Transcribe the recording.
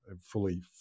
fully